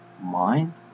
mind